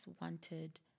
wanted